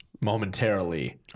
momentarily